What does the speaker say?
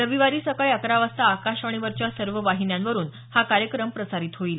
रविवारी सकाळी अकरा वाजता आकाशवाणीच्या सर्व वाहिन्यांवरून हा कार्यक्रम प्रसारित होईल